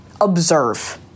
observe